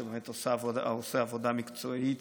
שבאמת עושה עבודה מקצועית.